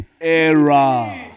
era